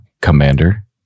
Commander